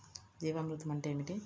జీవామృతం అంటే ఏమిటి?